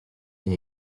est